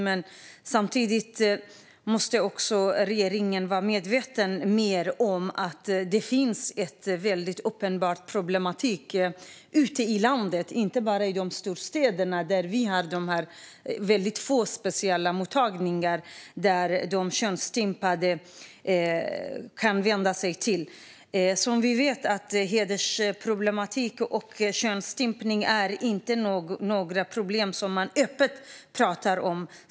Men samtidigt måste regeringen vara mer medveten om att det finns en uppenbar problematik ute i landet och inte bara i storstäderna, där de få specialmottagningarna finns dit könsstympade kan vända sig. Hedersproblematik och könsstympning är inte problem som man pratar öppet om.